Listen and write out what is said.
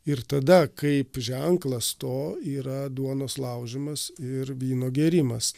ir tada kaip ženklas to yra duonos laužymas ir vyno gėrimas